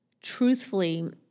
Truthfully